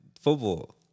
football